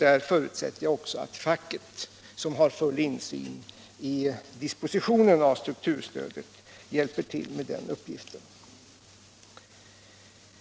Jag förutsätter också att facket, som har full insyn i dispositionen av strukturstödet, hjälper till med den uppgiften.